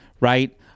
right